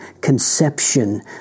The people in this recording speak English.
conception